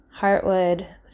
Heartwood